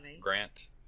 Grant